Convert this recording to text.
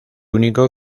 único